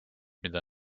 mida